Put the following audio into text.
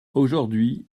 aujourd’hui